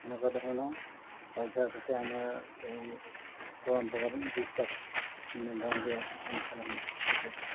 এনেকুৱা ধৰণৰ অভ্যাস হৈছে আমাৰ এই পৰম্পৰাগত বিশ্বাস মানে গাঁৱলীয়া অঞ্চলসমূহত বিশেষকৈ